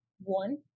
one